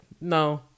no